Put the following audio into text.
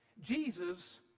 Jesus